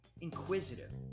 inquisitive